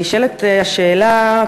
נשאלת השאלה,